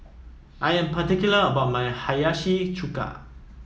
I am particular about my Hiyashi Chuka